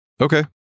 Okay